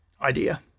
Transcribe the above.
idea